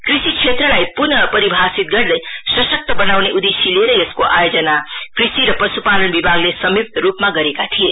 कृषि क्षेत्रलाई प्नः परिभाषित गर्दै सशक्त बनाउने उद्देश्य लिएर यसको आयोजना कृषि र पश्पालन विभागले संयुक्त रूपमा गरेका थिए